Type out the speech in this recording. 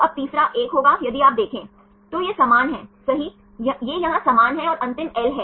तो आप यहां देख सकते हैं कि यह छोटा rb है सही और कैपिटल यह Rb है